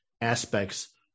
aspects